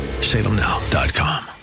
Salemnow.com